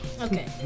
Okay